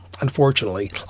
Unfortunately